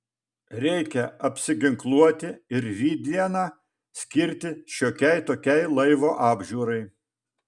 reikia apsiginkluoti ir rytdieną skirti šiokiai tokiai laivo apžiūrai